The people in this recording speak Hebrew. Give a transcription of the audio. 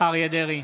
אריה מכלוף דרעי,